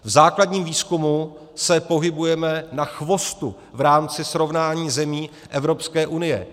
V základním výzkumu se pohybujeme na chvostu v rámci srovnání zemí Evropské unie.